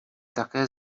také